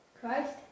Christ